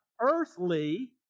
earthly